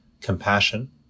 compassion